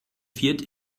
wird